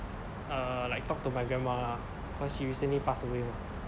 uh like talk to my grandma lah cause she recently passed away